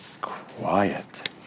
Quiet